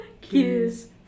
kiss